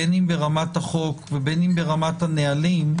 בין אם ברמת החוק ובין אם ברמת הנהלים,